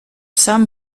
some